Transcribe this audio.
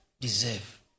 deserve